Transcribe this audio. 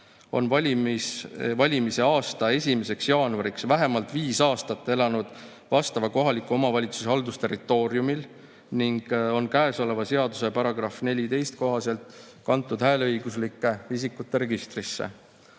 on valimiste aasta 1. jaanuariks vähemalt viis aastat elanud vastava kohaliku omavalitsuse haldusterritooriumil ning on käesoleva seaduse § 14 kohaselt kantud hääleõiguslike isikute registrisse.16.